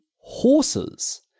horses